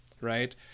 right